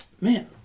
Man